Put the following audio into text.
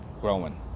growing